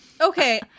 Okay